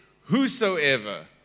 whosoever